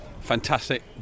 fantastic